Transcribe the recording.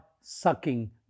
sucking